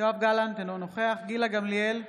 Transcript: יואב גלנט, אינו נוכח גילה גמליאל,